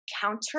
counter